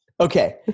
Okay